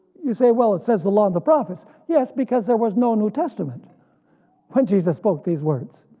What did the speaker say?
you say well it says the law and the prophets. yes because there was no new testament when jesus spoke these words,